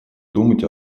думать